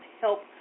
help